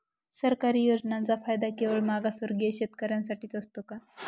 सरकारी योजनांचा फायदा केवळ मागासवर्गीय शेतकऱ्यांसाठीच असतो का?